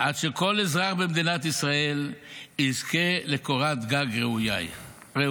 עד שכל אזרח במדינת ישראל יזכה לקורת גג ראויה.